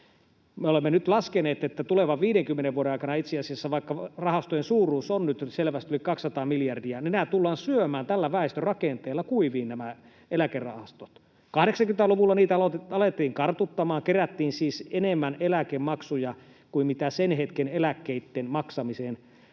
Me olemme laskeneet, että tulevan 50 vuoden aikana itse asiassa, vaikka rahastojen suuruus on nyt selvästi yli 200 miljardia, nämä eläkerahastot tullaan syömään tällä väestörakenteella kuiviin. 80-luvulla niitä alettiin kartuttamaan, kerättiin siis enemmän eläkemaksuja kuin mitä sen hetken eläkkeitten maksamiseen